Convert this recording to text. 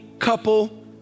couple